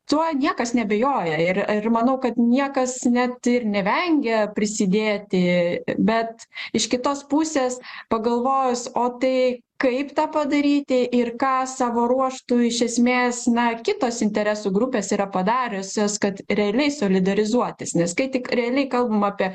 tuo niekas neabejoja ir ir manau kad niekas net ir nevengia prisidėti bet iš kitos pusės pagalvojus o tai kaip tą padaryti ir ką savo ruožtu iš esmės na kitos interesų grupės yra padariusios kad realiai solidarizuotis nes kai tik realiai kalbam apie